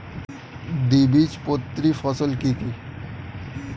দ্বিবীজপত্রী ফসল কি কি?